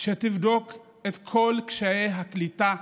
שתבדוק את כל קשיי הקליטה,